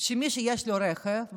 שמי שיש לו רכב,